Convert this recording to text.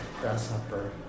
grasshopper